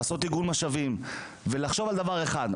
לעשות עיגון משאבים ולחשוב על דבר אחד,